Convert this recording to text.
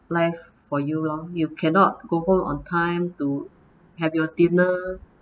life for you lor you cannot go home on time to have your dinner